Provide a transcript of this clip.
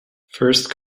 first